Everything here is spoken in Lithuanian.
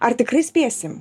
ar tikrai spėsim